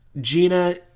Gina